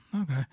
Okay